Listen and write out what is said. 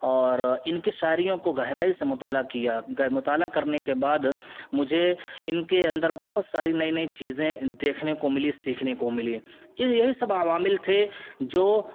اور ان کی شاعری کو گہرائی سے مطالعہ کیا مطالعہ کرنے کے بعد مجھے ان کے اندر بہت ساری نئی نئی چیزیں دیکھنے کو ملی سیکھنے کو ملیں یہی سب عوامل تھے جو